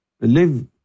live